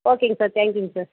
ஓகேங்க சார் தேங்க்யூங்க சார்